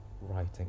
writing